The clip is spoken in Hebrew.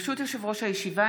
ברשות יושב-ראש הישיבה,